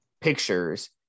pictures